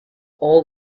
all